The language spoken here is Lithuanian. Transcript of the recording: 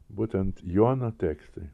būtent jono tekstai